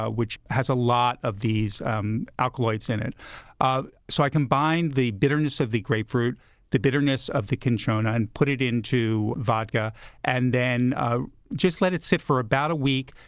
ah which has a lot of these um alkaloids in it ah so i combine the bitterness of the grapefruit and the bitterness of the cinchona, and put it into vodka and then ah just let it sit for about a week.